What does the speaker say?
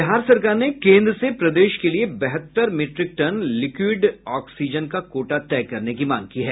बिहार सरकार ने केन्द्र से प्रदेश के लिए प्रति दिन बहत्तर मीट्रिक टन लिक्विड ऑक्सीजन का कोटा तय करने की मांग की है